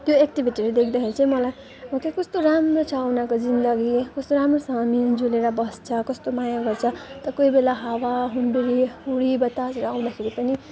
त्यो एक्टिभिटीहरू देख्दाखेरि चाहिँ मलाई के कस्तो राम्रो छ उनीहरूको जिन्दगी कस्तो राम्रोसँग मिलजुलेर बस्छ कस्तो माया गर्छ त कोही बेला हावा हुन्डरी हुरी बतासहरू आउँदाखेरि पनि